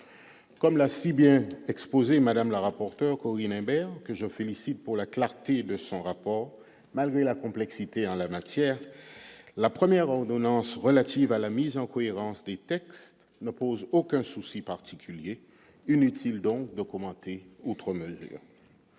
comme l'a si bien exposé Madame la rapporteure Corinne Imbert que je félicite pour la clarté de son rapport, malgré la complexité en la matière, la première ordonnance relative à la mise en cohérence des textes ne pose aucun souci particulier inutile donc de commenter outre mesure